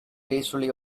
gracefully